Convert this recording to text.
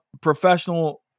professional –